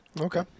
okay